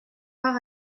par